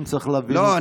לא.